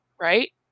right